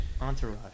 Entourage